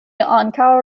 ankaŭ